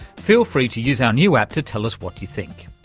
feel free to use our new app to tell us what you think.